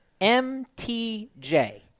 MTJ